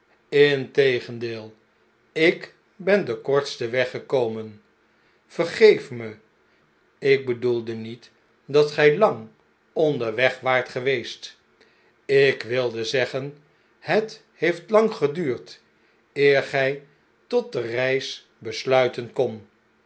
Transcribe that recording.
jntegendeel ik ben den kortsten weg gekomen vergeef me ik bedoelde niet dat gij lang onderweg waart geweest ik wilde zeggen het heeft lang geduurd eer gij tot de reis besluiten kondet